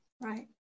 Right